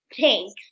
Thanks